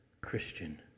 Christian